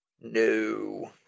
No